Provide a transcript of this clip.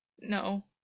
No